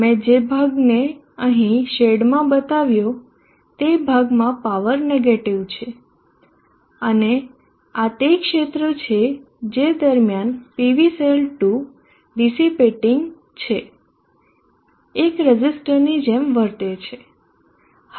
મેં જે ભાગને અહીં શેડમાં બતાવ્યો તે ભાગમાં પાવર નેગેટીવ છે અને આ તે ક્ષેત્ર છે જે દરમ્યાન PV સેલ 2 ડીસીપેટીન્ગ છે એક રઝિસ્ટરની જેમ વર્તે છે